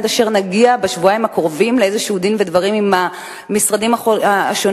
עד אשר נגיע בשבועיים הקרובים לאיזה דין ודברים עם המשרדים השונים.